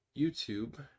YouTube